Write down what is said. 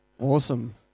Awesome